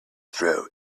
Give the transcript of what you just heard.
throw